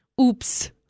Oops